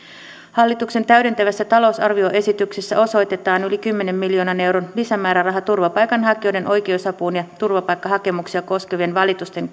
hallituksen täydentävässä talousarvioesityksessä osoitetaan yli kymmenen miljoonan euron lisämääräraha turvapaikanhakijoiden oikeusapuun ja turvapaikkahakemuksia koskevien valitusten